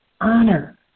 honor